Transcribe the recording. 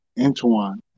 Antoine